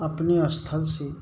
अपने स्थल से